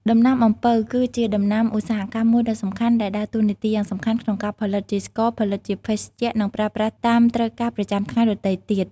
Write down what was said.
ដំណាំអំពៅ គឺជាដំណាំឧស្សាហកម្មមួយដ៏សំខាន់ ដែលដើរតួនាទីយ៉ាងសំខាន់ក្នុងការផលិតជាស្ករ ផលិតជាភេសជ្ជៈ និងប្រើប្រាស់តាមត្រូវការប្រចាំថ្ងៃដទៃទៀត។